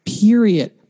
period